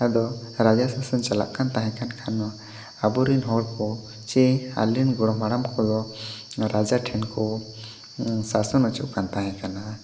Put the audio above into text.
ᱟᱫᱚ ᱨᱟᱡᱟ ᱥᱟᱥᱚᱱ ᱪᱟᱞᱟᱜ ᱠᱟᱱ ᱛᱟᱦᱮᱸ ᱠᱟᱱ ᱠᱷᱟᱱ ᱟᱵᱚᱨᱮᱱ ᱦᱚᱲ ᱠᱚ ᱥᱮ ᱟᱞᱮᱨᱮᱱ ᱜᱚᱲᱚᱢ ᱦᱟᱲᱟᱢ ᱠᱚᱫᱚ ᱨᱟᱡᱟ ᱴᱷᱮᱱ ᱠᱚ ᱥᱟᱥᱚᱱ ᱚᱪᱚᱜ ᱠᱟᱱ ᱛᱟᱦᱮᱸ ᱠᱟᱱᱟ